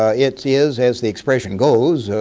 ah it is, as the expression goes,